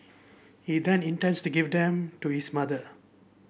he then intends to give them to his mother